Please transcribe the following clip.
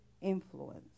influence